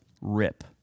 rip